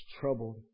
troubled